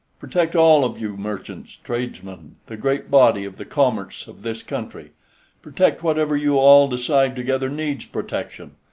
protect, all of you, merchants, tradesmen, the great body of the commerce of this country protect whatever you all decide together needs protection.